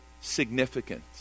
significant